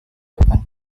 depan